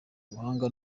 ubuhanga